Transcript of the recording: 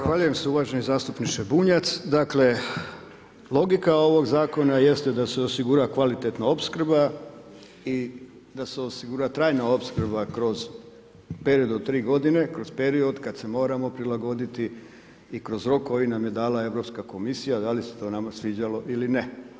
Zahvaljujem se uvaženi zastupniče Bunjac, dakle, logika ovog zakona jeste da se osigura kvalitetno opskrba i da se osigura trajna opskrba kroz period od 3 g. kroz period kad se moramo prilagoditi i kroz rok koji nam je dala Europska komisija, da li se to nama sviđalo ili ne.